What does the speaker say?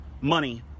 money